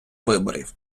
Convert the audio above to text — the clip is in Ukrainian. виборів